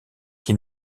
qui